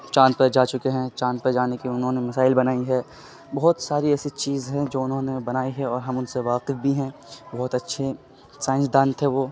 چاند پہ جا چکے ہیں چاند پہ جانے کی انہوں نے میزائل بنائی ہے بہت ساری ایسی چیز ہیں جو انہوں نے بنائی ہے اور ہم ان سے واقف بھی ہیں بہت اچھے سائنسدان تھے وہ